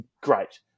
great